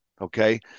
okay